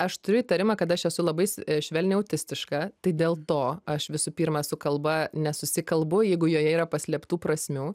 aš turiu įtarimą kad aš esu labai švelniai autistiška tai dėl to aš visų pirma su kalba nesusikalbu jeigu joje yra paslėptų prasmių